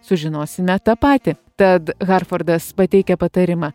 sužinosime tą patį tad harfordas pateikia patarimą